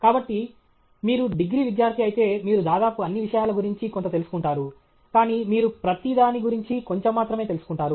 కాబట్టి మీరు డిగ్రీ విద్యార్థి అయితే మీరు దాదాపు అన్ని విషయాల గురించి కొంత తెలుసుకుంటారు కానీ మీరు ప్రతీ దాని గురించి కొంచెం మాత్రమే తెలుసుకుంటారు